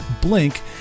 Blink